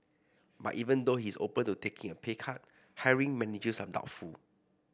but even though he is open to taking a pay cut hiring managers are doubtful